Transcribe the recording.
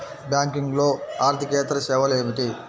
బ్యాంకింగ్లో అర్దికేతర సేవలు ఏమిటీ?